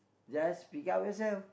just pick up yourself